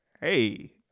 hey